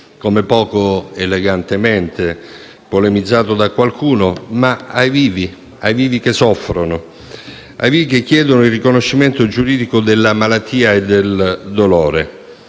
come poco elegantemente polemizzato da qualcuno - ma ai vivi, a coloro che soffrono e chiedono il riconoscimento giuridico della malattia e del dolore.